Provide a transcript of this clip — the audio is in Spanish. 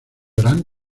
gran